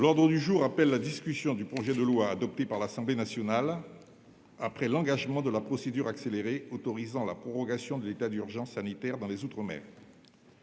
L'ordre du jour appelle la discussion du projet de loi, adopté par l'Assemblée nationale après engagement de la procédure accélérée, autorisant la prorogation de l'état d'urgence sanitaire dans les outre-mer